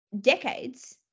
decades